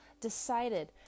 decided